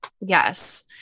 Yes